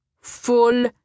Full